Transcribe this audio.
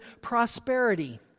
prosperity